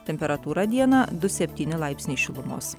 temperatūra dieną du septyni laipsniai šilumos